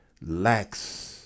lacks